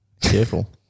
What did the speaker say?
Careful